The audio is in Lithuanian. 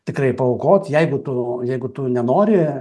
tikrai paaukot jeigu tu jeigu tu nenori